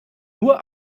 nur